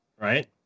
Right